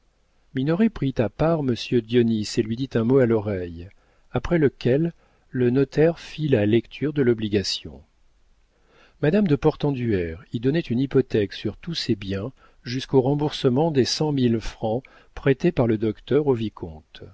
minoret prit à part monsieur dionis et lui dit un mot à l'oreille après lequel le notaire fit la lecture de l'obligation madame de portenduère y donnait une hypothèque sur tous ses biens jusqu'au remboursement des cent mille francs prêtés par le docteur au vicomte